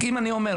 אם אני אומר,